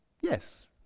Yes